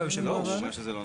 מהמשרד לביטחון